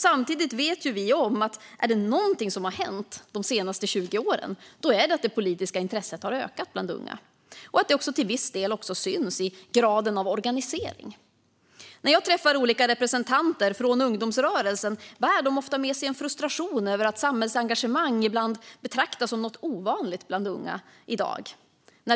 Samtidigt vet vi om att om det är något som har hänt de senaste 20 åren är det att det politiska intresset har ökat bland unga. Det syns också till viss del i graden av organisering. När jag träffar olika representanter för ungdomsrörelsen bär de ofta med sig en frustration över att samhällsengagemang ibland betraktas som något ovanligt bland unga i dag.